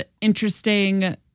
interesting